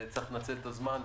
צריך לנצל את הזמן.